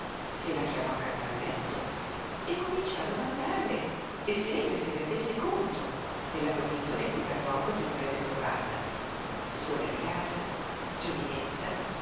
se la chiamò accanto al letto e cominciò a domandarle se ella si rendesse conto della condizione in cui tra poco si sarebbe trovata sola in casa giovinetta